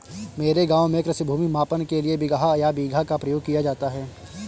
मेरे गांव में कृषि भूमि मापन के लिए बिगहा या बीघा का प्रयोग किया जाता है